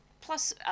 plus